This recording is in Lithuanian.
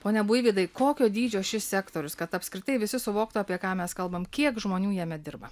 pone buivydai kokio dydžio šis sektorius kad apskritai visi suvoktų apie ką mes kalbam kiek žmonių jame dirba